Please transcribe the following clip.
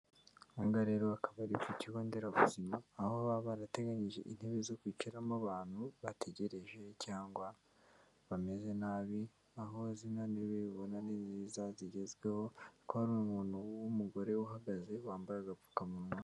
Ahangaha rero hakaba ari ku kigo nderabuzima, aho baba barateganyije intebe zo kwicaramo abantu bategereje cyangwa bameze nabi, aho izo ntebe ubona ni nzaza, zigezweho ko hari umuntu w'umugore uhagaze wambaye agapfukamunwa.